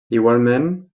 igualment